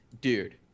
dude